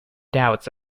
doubts